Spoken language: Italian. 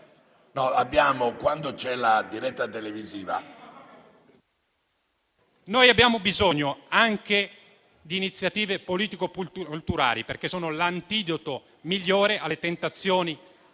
che abbiamo bisogno anche di iniziative politico-culturali, perché sono l'antidoto migliore alle tentazioni